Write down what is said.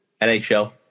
NHL